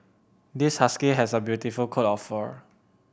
this husky has a beautiful coat of fur